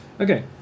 Okay